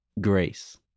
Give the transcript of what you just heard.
grace